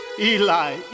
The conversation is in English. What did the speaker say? Eli